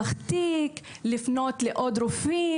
לפנות לעוד רופאים.